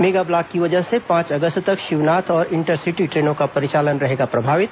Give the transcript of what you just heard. mega block की वजह से पांच अगस्त तक शिवनाथ और इंटरसिटी ट्रेनों का परिचालन रहेगा प्रभावित